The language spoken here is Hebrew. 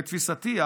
לתפיסתי,